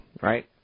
right